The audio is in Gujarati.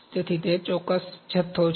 તેથી તે જથ્થો છે